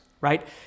right